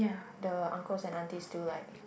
the uncles and aunties to like